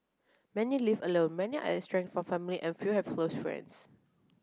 many live alone many are estranged from family and few have close friends